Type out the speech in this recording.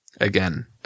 Again